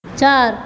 চার